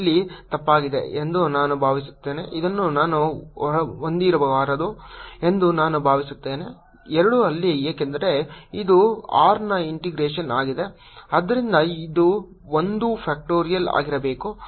ಇಲ್ಲಿ ತಪ್ಪಾಗಿದೆ ಎಂದು ನಾನು ಭಾವಿಸುತ್ತೇನೆ ಇದನ್ನು ನಾನು ಹೊಂದಿರಬಾರದು ಎಂದು ನಾನು ಭಾವಿಸುತ್ತೇನೆ 2 ಇಲ್ಲಿ ಏಕೆಂದರೆ ಇದು r ನ ಇಂಟಿಗ್ರೇಷನ್ ಆಗಿದೆ ಆದ್ದರಿಂದ ಇದು ಒಂದು ಫ್ಯಾಕ್ಟರಿಯಲ್ ಆಗಿರಬೇಕು